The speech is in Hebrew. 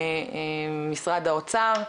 משרד האוצר,